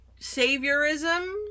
saviorism